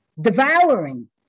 devouring